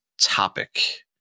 topic